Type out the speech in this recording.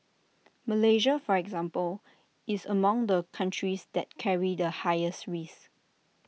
Malaysia for example is among the countries that carry the highest risk